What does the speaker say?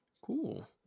Cool